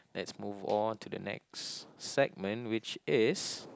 let's move on to the next segment which is